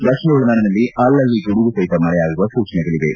ದಕ್ಷಿಣ ಒಳನಾಡಿನ ಅಲ್ಲಲ್ಲಿ ಗುಡುಗು ಸಹಿತ ಮಳೆಯಾಗುವ ಸೂಜನೆಗಳಿವೆ